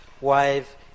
wife